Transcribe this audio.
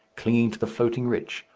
clinging to the floating rich,